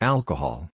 Alcohol